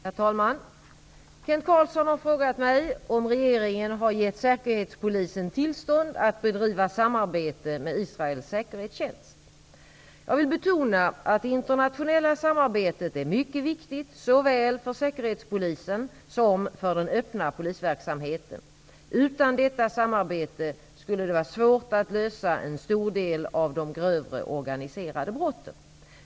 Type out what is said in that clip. Herr talman! Kent Carlsson har frågat mig om regeringen har gett Säkerhetspolisen tillstånd att bedriva samarbete med Israels säkerhetstjänst. Jag vill betona att det internationella samarbetet är mycket viktigt såväl för Säkerhetspolisen som för den öppna polisverksamheten. Utan detta samarbete skulle det vara svårt att lösa en stor del av de grövre organiserade brotten.